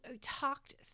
talked